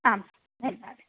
आं धन्यवादः